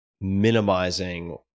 minimizing